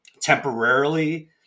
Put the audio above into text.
temporarily